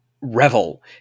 revel